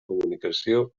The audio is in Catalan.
comunicació